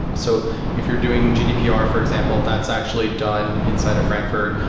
so if you're doing gdpr for example, that's actually done inside of frankford.